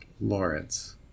Lawrence